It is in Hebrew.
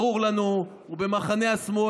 ברור לנו, הוא במחנה השמאל.